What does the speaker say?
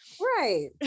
Right